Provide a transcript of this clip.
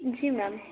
जी ma'am